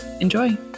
enjoy